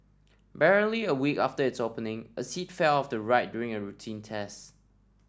barely a week after its opening a seat fell off the ride during a routine test